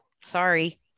Sorry